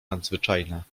nadzwyczajna